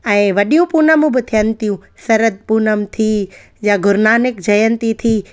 ऐं वॾियूं पूनमू ब थियनि थियूं सरद पूनम थी या गुरुनानक जयंती थी